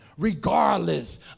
regardless